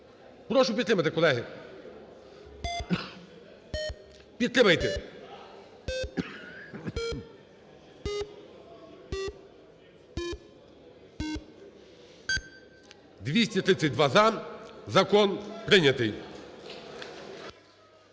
Прошу підтримати, колеги. Підтримайте. 11:33:00 За-232 Закон прийнятий.